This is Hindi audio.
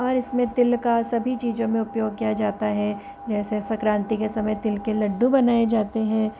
और इसमें तिल का सभी चीज़ों में उपयोग किया जाता है जैसे सक्रांति के समय तिल के लड्डू बनाए जाते हैं